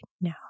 no